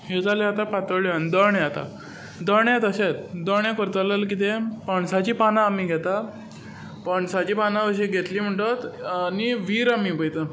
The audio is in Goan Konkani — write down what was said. ह्यो जाल्यो आतां पातोळ्यो आनी दोणें आसता दोणें तशेच दोणें करतलो जाल्यार कितें पणसाचीं पानां आमी घेता पणसाचीं पानां अशीं घेतलीं म्हणटच न्हय व्हीर आमी पळयता